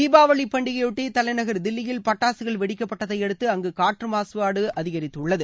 தீபாவளி பண்டிகையையொட்டி தலைநகர் தில்லியில் பட்டாசுகள் வெடிக்கப்பட்டதையடுத்து அங்கு காற்று மாசுபாடு அதிகரித்துள்ளது